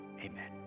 Amen